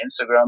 Instagram